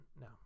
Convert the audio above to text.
No